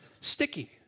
Sticky